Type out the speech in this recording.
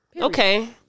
Okay